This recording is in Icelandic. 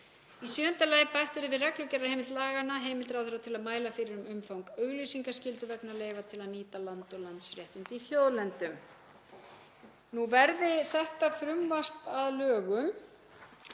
Í sjöunda lagi að bætt verði við reglugerðarheimild laganna heimild ráðherra til að mæla fyrir um umfang auglýsingaskyldu vegna leyfa til að nýta land og landsréttindi í þjóðlendum. Verði þetta frumvarp að lögum